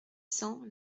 cents